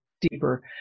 deeper